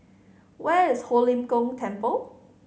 where is Ho Lim Kong Temple